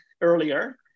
earlier